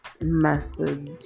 message